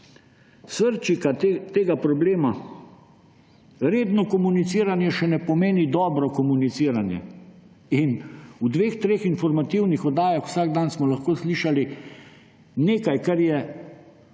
srčika tega problema. Redno komuniciranje še ne pomeni dobro komuniciranje. V dveh, treh informativnih oddajah vsak dan smo lahko slišali nekaj, kar je trdila